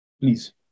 Please